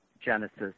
Genesis